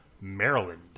Maryland